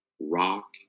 rock